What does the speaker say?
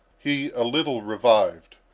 he a little revived.